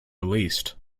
released